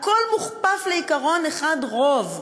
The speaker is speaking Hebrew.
הכול מוכפף לעיקרון אחד: רוב.